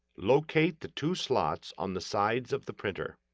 locate the two slots on the sides of the printer.